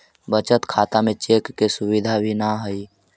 बचत खाता में चेक के सुविधा भी न हइ